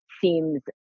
seems